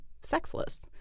sexless